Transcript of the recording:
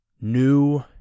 new